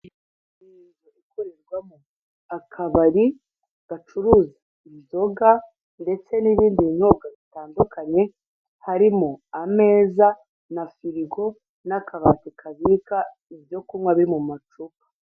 Akabari gacuruza inzoga ndetse n'ibindi binyobwa bitandukanye harimo ameza, na firigo n'akabati kabika ibyo kunywa biri mu macupa.